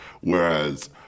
Whereas